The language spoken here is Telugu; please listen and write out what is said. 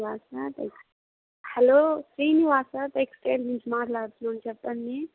Srinivasa tex hello Srinivasa textile నుంచి మాట్లాడుతున్నాను చెప్పండి